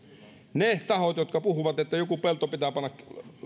kun jotkut tahot puhuvat että joku pelto pitää panna